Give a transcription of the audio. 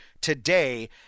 today